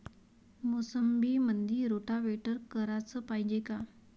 मोसंबीमंदी रोटावेटर कराच पायजे का?